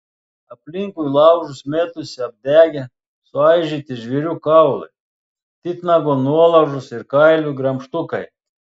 aplinkui laužus mėtosi apdegę suaižyti žvėrių kaulai titnago nuolaužos ir kailių gremžtukai